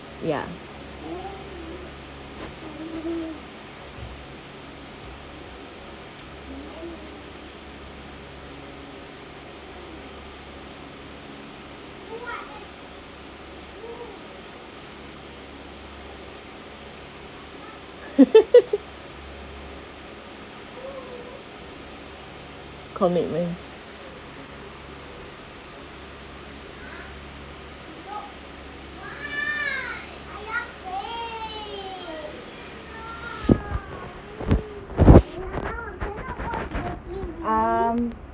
ya commitments um